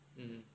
mm